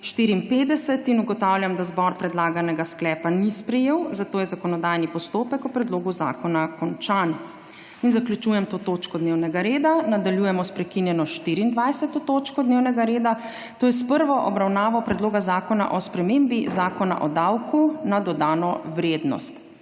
54.) Ugotavljam, da zbor predlaganega sklepa ni sprejel, zato je zakonodajni postopek o predlogu zakona končan. Zaključujem to točko dnevnega reda. Nadaljujemo sprekinjeno 24. točko dnevnega reda, to je s prvo obravnavo Predlog zakona o spremembi Zakona o davku na dodano vrednost.